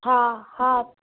हा हा